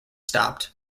stopped